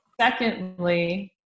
Secondly